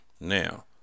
Now